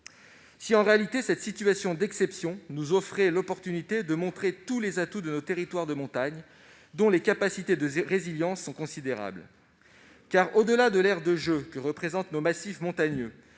En réalité, cette situation d'exception pourrait offrir l'opportunité de montrer tous les atouts de nos territoires de montagne, dont les capacités de résilience sont considérables. En effet, au-delà d'une aire de jeux, les massifs montagneux